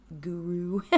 guru